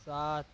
سات